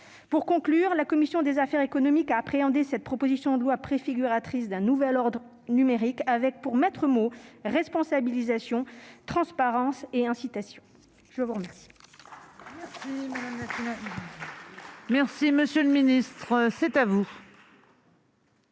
contraignant. La commission des affaires économiques a appréhendé cette proposition de loi préfiguratrice d'un nouvel ordre numérique avec pour maîtres-mots « responsabilisation »,« transparence » et « incitation ». La parole